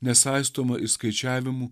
nesaistoma išskaičiavimų